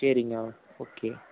சரிங்க ma'am okay